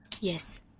Yes